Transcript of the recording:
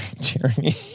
Jeremy